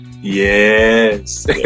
Yes